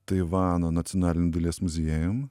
taivano nacionaliniu dailės muziejum